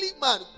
man